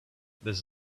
this